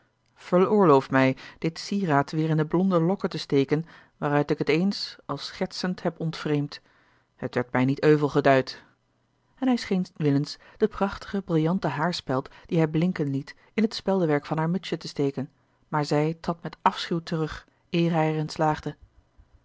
veroorloof mij dit sieraad weer in de blonde lokken te steken waaruit ik het eens al schertsend heb ontvreemd het werd mij niet euvel geduld en hij scheen willens de prachtige brillanten haarspeld die hij blinken liet in het speldewerk van haar mutsje te steken maar zij trad met afschuw terug eer hij er in slaagde